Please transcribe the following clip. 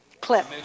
Clip